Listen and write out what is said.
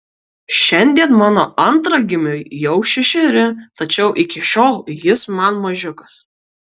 šiandien mano antragimiui jau šešeri tačiau iki šiol jis man mažiukas